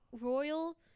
royal